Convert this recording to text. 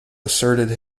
asserted